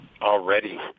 already